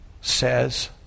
says